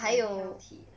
unhealthy